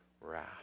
wrath